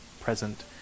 present